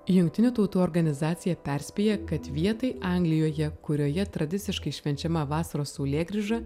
jungtinių tautų organizacija perspėja kad vietai anglijoje kurioje tradiciškai švenčiama vasaros saulėgrįža